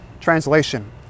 translation